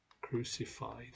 crucified